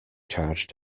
charged